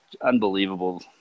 Unbelievable